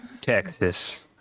Texas